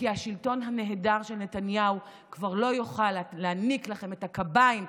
כי השלטון הנהדר של נתניהו כבר לא יוכל להעניק לכם את הקביים,